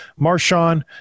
Marshawn